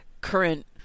current